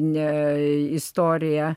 ne į istoriją